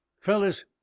Fellas